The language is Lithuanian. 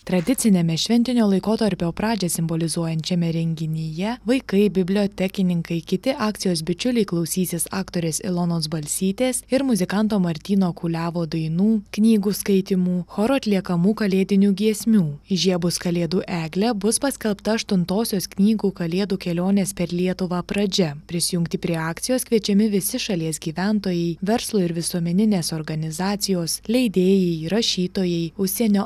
tradiciniame šventinio laikotarpio pradžią simbolizuojančiame renginyje vaikai bibliotekininkai kiti akcijos bičiuliai klausysis aktorės ilonos balsytės ir muzikanto martyno kuliavo dainų knygų skaitymų choro atliekamų kalėdinių giesmių įžiebus kalėdų eglę bus paskelbta aštuntosios knygų kalėdų kelionės per lietuvą pradžia prisijungti prie akcijos kviečiami visi šalies gyventojai verslo ir visuomeninės organizacijos leidėjai rašytojai užsienio